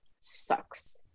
sucks